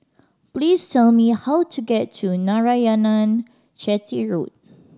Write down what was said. please tell me how to get to Narayanan Chetty Road